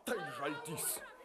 tai žaltys